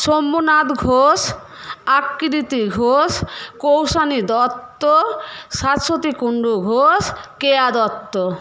Shambhunath Ghosh Akriti Ghosh Kaushani Dutta Shashwati Kundu Ghosh Keya Dutta